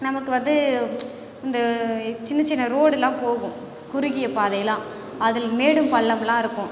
நமக்கு வந்து இந்த சின்ன சின்ன ரோடுலாம் போகும் குறுகிய பாதைலாம் அது மேடும் பள்ளம்லாம் இருக்கும்